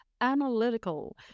analytical